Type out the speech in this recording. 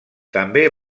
també